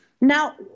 Now